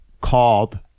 called